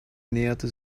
näherte